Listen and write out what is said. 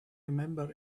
remember